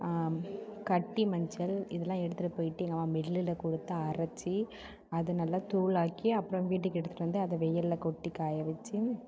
கட்டி மஞ்சள் இதலாம் எடுத்துட்டு போயிட்டு எங்கம்மா மில்லில் கொடுத்து அரைச்சி அதை நல்லா தூளாக்கி அப்றம் வீட்டுக்கு எடுத்துட்டு வந்து அதை வெயிலில் கொட்டி காய வச்சு